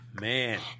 man